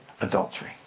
adultery